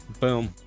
boom